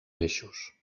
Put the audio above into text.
peixos